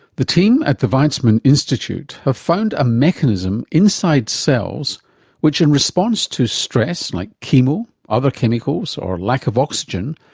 the team at the weizmann institute have found a mechanism inside cells which in response to stress like chemo, other chemicals or lack of oxygen,